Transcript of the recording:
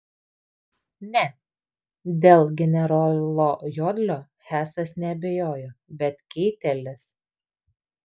ne dėl generolo jodlio hesas neabejojo bet keitelis